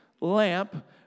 lamp